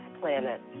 planet